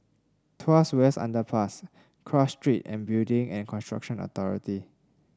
Tuas West Underpass Cross Street and Building and Construction Authority